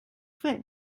fer